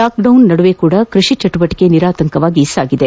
lockdown ನಡುವೆಯೂ ಕೃಷಿ ಚಟುವಟಿಕೆ ನಿರಾತಂಕವಾಗಿ ಸಾಗಿದೆ